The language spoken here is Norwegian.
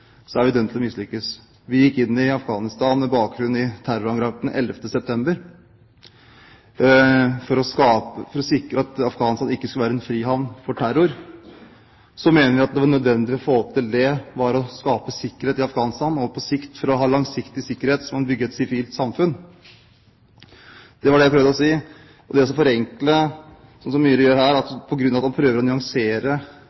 er vi dømt til å mislykkes. Vi gikk inn i Afghanistan med bakgrunn i terrorangrepene 11. september, for å sikre at Afghanistan ikke skulle være en frihavn for terror. Så mener vi at det som er nødvendig for å få til det, er å skape sikkerhet i Afghanistan på sikt – og for å ha langsiktig sikkerhet må man bygge et sivilt samfunn. Det var det jeg prøvde å si. Det å forenkle dette, slik som Myhre gjør her,